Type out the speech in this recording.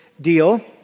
deal